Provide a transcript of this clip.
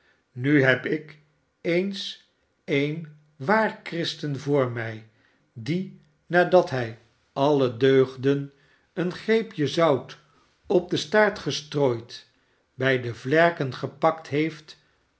nu heb ik eens een waar christen voor mij die nadat hij alle deugden een greepje zout op den staart gestrooid en bij de vlerken gepakt heeft